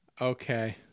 Okay